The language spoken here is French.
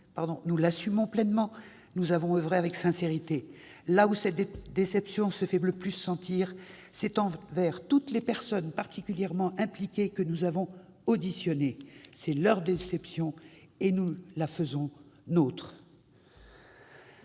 Nous l'assumons pleinement, nous avons oeuvré avec sincérité. Là où cette déception se fait le plus sentir, c'est envers toutes les personnes, particulièrement impliquées, que nous avons auditionnées. C'est leur déception, et nous la faisons nôtre.